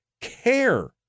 care